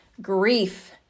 Grief